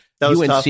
UNC